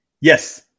Yes